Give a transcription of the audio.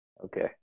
Okay